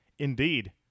Indeed